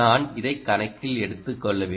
நான் இதை கணக்கில் எடுத்துக் கொள்ளவில்லை